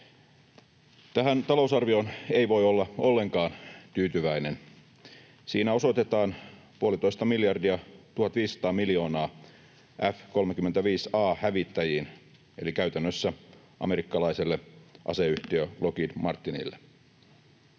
Tähän talousarvioon ei voi olla ollenkaan tyytyväinen. Siinä osoitetaan puolitoista miljardia, 1 500 miljoonaa, F-35 A ‑hävittäjiin eli käytännössä amerikkalaiselle aseyhtiö Lockheed Martinille.